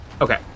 okay